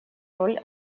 роль